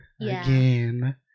again